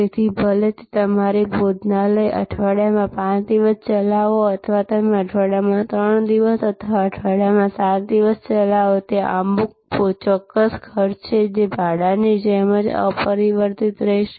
તેથી ભલે તમે તમારી ભોજનાલય અઠવાડિયામાં 5 દિવસ ચલાવો અથવા તમે અઠવાડિયામાં 3 દિવસ અથવા અઠવાડિયામાં 7 દિવસ ચલાવો ત્યાં અમુક ચોક્કસ ખર્ચ છે જે ભાડાની જેમ અપરિવર્તિત રહેશે